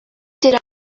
did